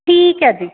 ਠੀਕ ਹੈ ਜੀ